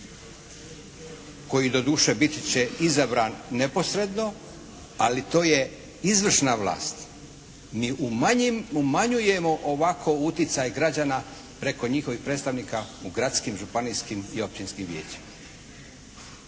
koji doduše biti će izabran neposredno, ali to je izvršna vlast. Mi umanjujemo ovako uticaj građana preko njihovih predstavnika u gradskim, županijskim i općinskim vijećima.